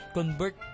Convert